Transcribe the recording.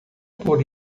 por